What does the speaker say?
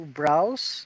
browse